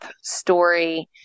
story